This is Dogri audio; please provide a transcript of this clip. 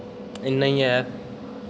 इन्ना ही ऐ